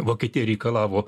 vokietija reikalavo